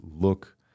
look